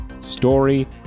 Story